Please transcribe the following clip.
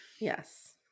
Yes